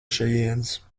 šejienes